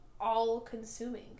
all-consuming